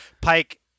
Pike